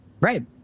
Right